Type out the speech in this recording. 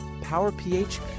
Power-PH